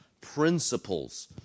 principles